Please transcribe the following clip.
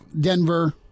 Denver